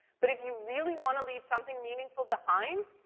but if you really wanna leave something meaningful behind,